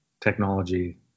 technology